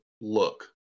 look